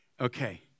okay